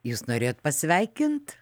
jūs norėjot pasveikint